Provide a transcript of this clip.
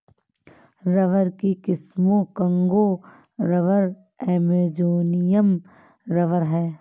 rubber की किस्में Congo rubber और अमेजोनियन रबर हैं